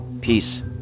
Peace